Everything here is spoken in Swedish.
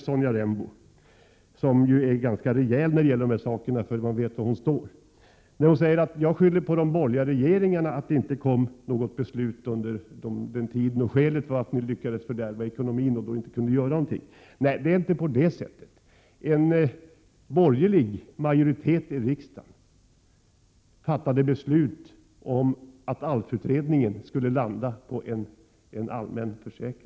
Sonja Rembo är ju ganska rejäl vad gäller de här sakerna, för hon vet var 111 hon står. Hon påstår att jag skyller på de borgerliga regeringarna för att det inte fattades beslut under den borgerliga regeringstiden och att jag skulle ha sagt att skälet är att ni lyckades fördärva ekonomin. Så är det inte. Den borgerliga majoriteten i riksdagen såg till att ALF-utredningen kom fram till att erkända arbetslöshetskassor skulle omvandlas till allmänna kassor.